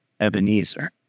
Ebenezer